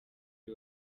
uwo